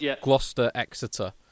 Gloucester-Exeter